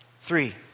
Three